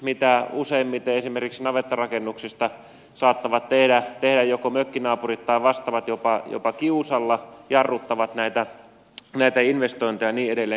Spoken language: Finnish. valituksia useimmiten esimerkiksi navettarakennuksista saattavat tehdä joko mökkinaapurit tai vastaavat jopa kiusalla jarruttavat näitä investointeja ja niin edelleen